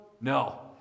No